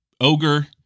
ogre